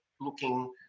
looking